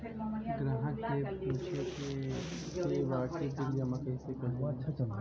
ग्राहक के पूछे के बा की बिल जमा कैसे कईल जाला?